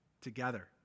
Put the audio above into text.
together